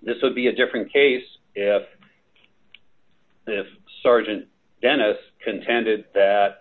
this would be a different case if sergeant dennis contended that